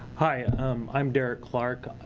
hi i'm derek clark.